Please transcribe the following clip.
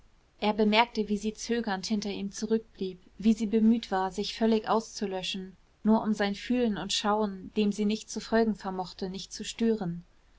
er bemerkte wie sie zögernd hinter ihm zurückblieb wie sie bemüht war sich völlig auszulöschen nur um sein fühlen und schauen dem sie nicht zu folgen vermochte nicht zu stören